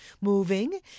moving